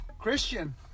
Christian